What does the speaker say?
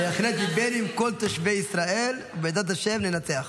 בהחלט ליבנו עם כל תושבי ישראל, ובעזרת השם ננצח.